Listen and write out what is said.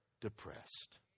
depressed